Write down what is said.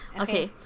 Okay